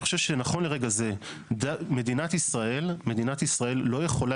אני חושב שנכון לרגע זה מדינת ישראל לא יכולה